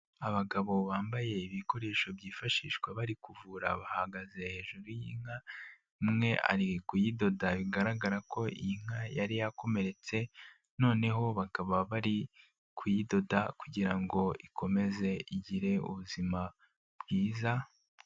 Abagabo bambaye ibikoresho byifashishwa bari kuvura bahagaze hejuru y'inka, umwe ari kuyidoda, bigaragara ko iyi nka yari yakomeretse noneho bakaba bari kuyidoda kugira ngo ikomeze igire ubuzima bwiza.